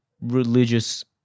religious